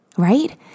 right